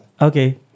Okay